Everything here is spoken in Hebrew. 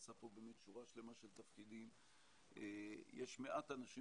שעשה פה באמת שורה שלמה של תפקידים - יש מעט אנשים